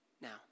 now